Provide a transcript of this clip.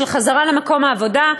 של חזרה למקום העבודה,